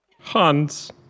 Hans